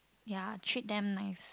ya treat them nice